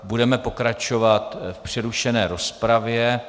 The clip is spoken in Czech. Budeme pokračovat v přerušené rozpravě.